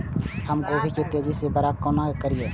हम गोभी के तेजी से बड़ा केना करिए?